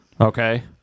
Okay